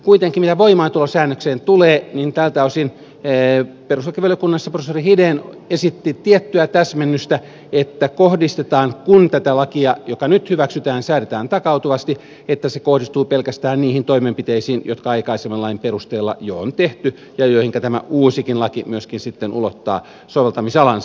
kuitenkin mitä voimaantulosäännökseen tulee tältä osin perustuslakivaliokunnassa professori hiden esitti tiettyä täsmennystä että kun tätä lakia joka nyt hyväksytään säädetään takautuvasti se kohdistuu pelkästään niihin toimenpiteisiin jotka aikaisemman lain perusteella jo on tehty ja joihinka tämä uusikin laki myöskin sitten ulottaa soveltamisalansa